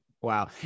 Wow